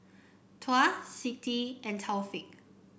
Tuah Siti and Taufik